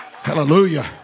Hallelujah